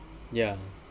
yeah